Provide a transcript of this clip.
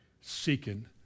seeking